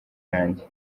yanjye